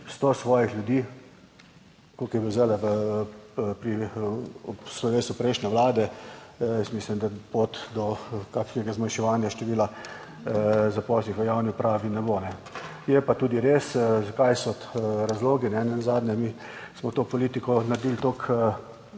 sto svojih ljudi, kot je bilo zdajle pri slovesu prejšnje vlade, jaz mislim, da pot do kakšnega zmanjševanja števila zaposlenih v javni upravi ne bo, je pa tudi res, zakaj so razlogi, nenazadnje mi smo to politiko naredili toliko,